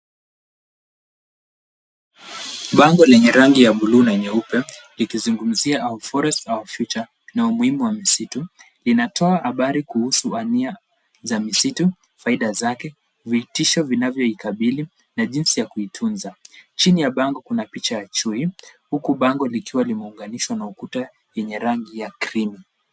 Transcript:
Bango lenye rangi ya blue na nyeupe likizungumzia Our Forest our Future na umuhimu wa misitu. Linatoa habari kuhusu uania za misitu, faida zake, vitisho vinavyoiikabili, na jinsi ya kuitunza. Chini ya bango kuna picha ya chui huku bango likiwa lime unganishwa na ukuta yenye rangi ya cream .